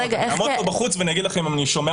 לעמוד פה בחוץ ואני אגיד לכם אם אני שומע